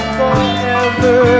forever